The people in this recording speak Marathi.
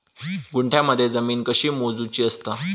गुंठयामध्ये जमीन कशी मोजूची असता?